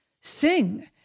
sing